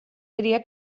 diria